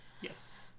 Yes